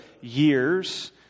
years